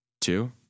two